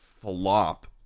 flop